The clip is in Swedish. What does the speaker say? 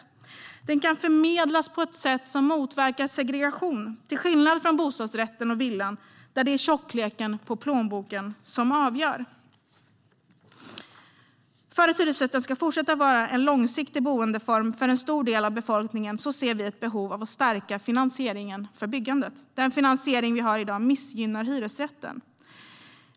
Hyresrätten kan förmedlas på ett sätt som motverkar segregation - till skillnad från bostadsrätten och villan, där det är tjockleken på plånboken som avgör. För att hyresrätten ska fortsätta vara en långsiktig boendeform för en stor del av befolkningen ser vi ett behov av att stärka finansieringen av byggandet. Den finansiering vi har i dag missgynnar hyresrätten.